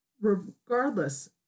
regardless